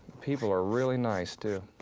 people are really nice, too.